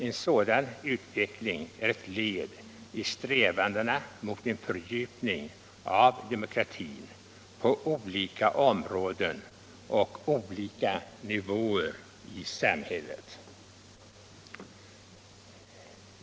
En sådan utveckling är ett led i strävandena mot en fördjupning av demokratin på olika områden och olika nivåer i samhället.